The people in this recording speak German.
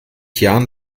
jahren